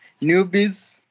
newbies